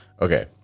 okay